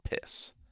piss